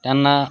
त्यांना